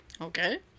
Okay